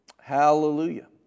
hallelujah